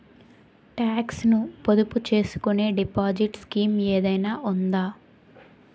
Talks ను పొదుపు చేసుకునే డిపాజిట్ స్కీం ఏదైనా ఉందా?